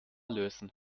lösen